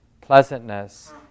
pleasantness